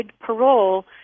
parole